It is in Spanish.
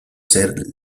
ser